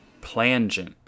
Plangent